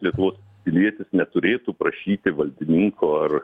lietuvos pilietis neturėtų prašyti valdininko ar